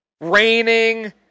Raining